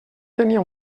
tenia